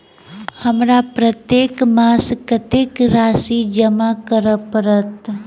हमरा प्रत्येक मास कत्तेक राशि जमा करऽ पड़त?